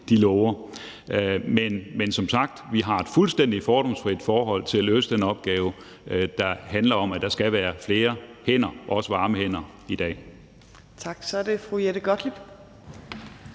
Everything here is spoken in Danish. de lover. Men som sagt har vi et fuldstændig fordomsfrit forhold til at løse den opgave, der handler om, at der skal være flere hænder, også varme hænder, i dag.